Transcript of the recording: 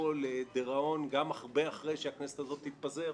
לדיראון גם הרבה אחרי שהכנסת הזאת תיתפזר,